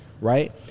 Right